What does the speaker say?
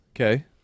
Okay